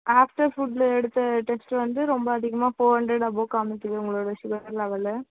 after ஃபுட்டில் எடுத்த test வந்து ரொம்ப அதிகமாக ஃபோர் ஹண்ட்ரட் அபோவ் காமிக்குது உங்களோட சுகர் லெவலு